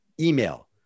email